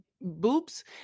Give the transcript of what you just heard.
boobs